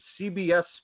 CBS